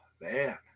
man